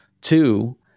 two